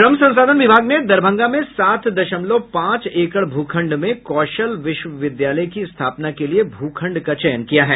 श्रम संसाधन विभााग ने दरभंगा में सात दशमलव पांच एकड़ भूखंड में कौशल विश्वविद्यालय की स्थापना के लिए भूखंड का चयन किया है